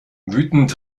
wütend